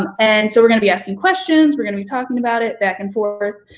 um and so we're gonna be asking questions. we're gonna be talking about it back and forth,